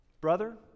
brother